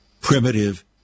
primitive